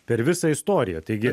per visą istoriją taigi